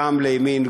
גם לימין,